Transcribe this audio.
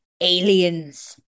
Aliens